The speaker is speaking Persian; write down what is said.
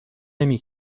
نمی